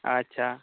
ᱟᱪᱪᱷᱟ